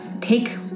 take